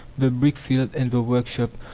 the brick field, and the workshop,